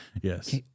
Yes